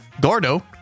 Gordo